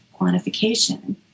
quantification